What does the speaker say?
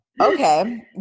okay